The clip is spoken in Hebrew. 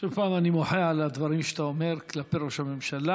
שוב אני מוחה על הדברים שאתה אומר כלפי ראש הממשלה.